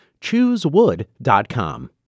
Choosewood.com